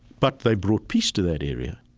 but they brought peace to that area.